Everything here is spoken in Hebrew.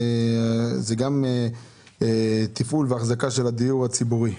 זה גם תפעול ואחזקה של הדיור הציבורי.